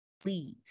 please